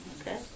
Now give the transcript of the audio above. Okay